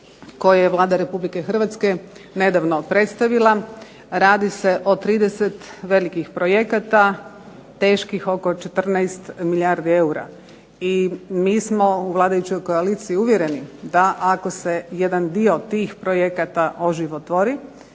koje je Vlada Republike Hrvatske nedavno predstavila. Radi se o 30 velikih projekata, teških oko 14 milijardi eura. I mi smo u vladajućoj koaliciji uvjereni da ako se jedan dio tih projekta oživotvori,